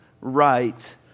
right